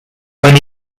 when